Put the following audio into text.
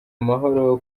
amahoro